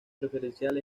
preferencial